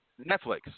Netflix